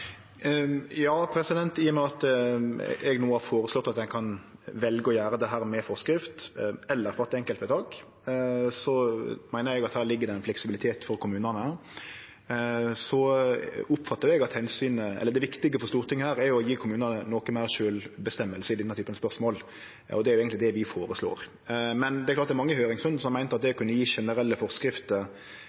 Ja, i og med at eg no har føreslått at ein kan velje å gjere dette med forskrift eller fatte enkeltvedtak, meiner eg at det ligg ein fleksibilitet for kommunane. Så oppfattar eg at det viktige for Stortinget er å gje kommunane noko meir sjølvstyre i denne typen spørsmål. Det er eigentleg det vi føreslår. Men det er mange i høyringsrunden som har meint at det å kunne gje generelle forskrifter